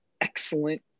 excellent